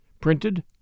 Printed